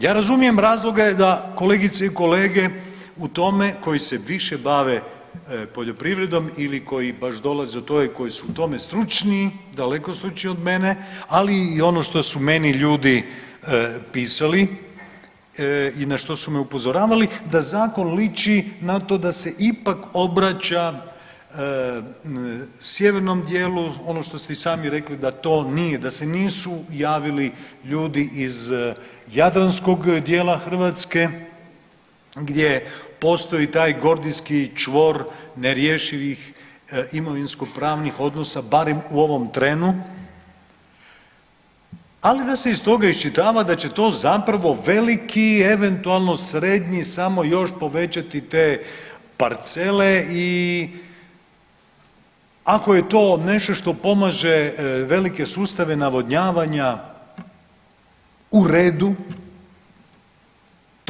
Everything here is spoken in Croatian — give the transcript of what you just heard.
Ja razumijem razloge da kolegice i kolege u tome koji se više bave poljoprivrednom ili koji baš dolaze u to i koji su u tome stručniji, daleko stručniji od mene, ali i ono što su meni ljudi pisali i na što su me upozoravali da zakon liči na to da se ipak obraća sjevernom dijelu, ono što ste i sami rekli da to nije, da se nisu javili ljudi iz jadranskog dijela Hrvatske gdje postoji taj gordijski čvor nerješivih imovinsko pravnih odnosa barem u ovom trenu, ali da se iz toga iščitava da će to zapravo veliki i eventualno srednji samo još povećati te parcele i ako je to nešto što pomaže velike sustave navodnjavanja, u redu.